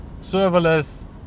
serverless